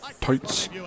tights